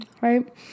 right